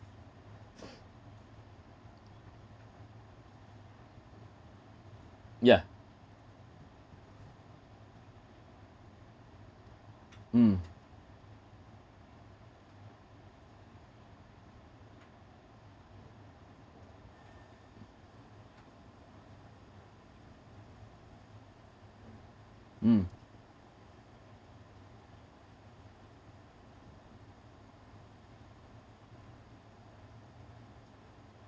yeah mm mm